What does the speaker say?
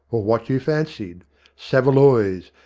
or what you fancied saveloys,